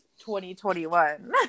2021